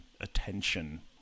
attention